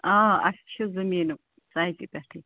آ اَسہِ چھِ زٔمیٖنہٕ سایٹہِ پٮ۪ٹھٕے